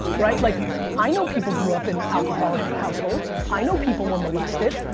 right? like i know people grew up in alcoholic households, i know people were molested,